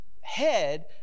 head